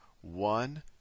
one